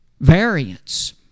variance